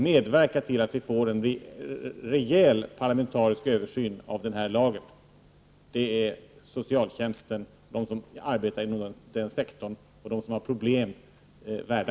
Medverka till att vi får en rejäl parlamentarisk översyn av denna lag! Det är de som arbetar inom socialtjänsten och de som har problem värda.